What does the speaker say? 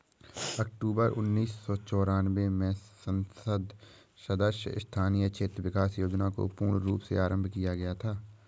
अक्टूबर उन्नीस सौ चौरानवे में संसद सदस्य स्थानीय क्षेत्र विकास योजना को पूर्ण रूप से आरम्भ किया गया था